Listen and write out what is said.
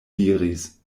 diris